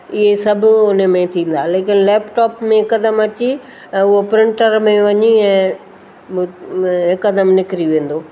इहे सभु उन में थींदा लेकिन लैपटॉप में हिकदमि अची उहो प्रिंटर में वञी ऐं हिकदमि निकिरी वेंदो